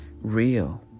real